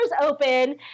open